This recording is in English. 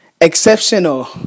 Exceptional